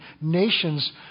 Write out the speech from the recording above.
nations